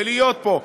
ולהיות פה,